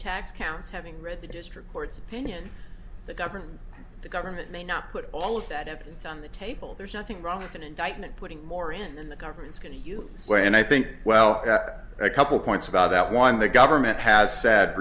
tax counts having read the district court's opinion the government the government may not put all of that evidence on the table there's nothing wrong with an indictment putting more in the government's can you say and i think well a couple points about that one the government has said